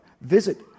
Visit